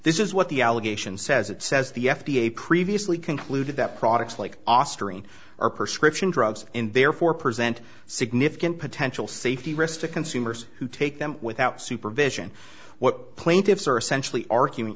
this is what the allegation says it says the f d a previously concluded that products like auster in our perception drugs and therefore present significant potential safety risk to consumers who take them without supervision what plaintiffs are essentially argu